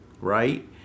right